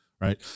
Right